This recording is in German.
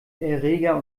erreger